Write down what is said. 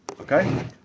Okay